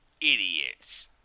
Idiots